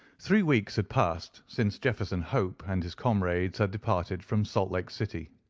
three weeks had passed since jefferson hope and his comrades had departed from salt lake city.